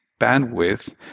bandwidth